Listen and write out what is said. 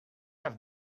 have